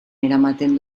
eramaten